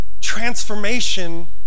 transformation